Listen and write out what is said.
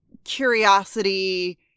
curiosity